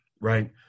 right